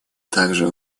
также